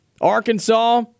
Arkansas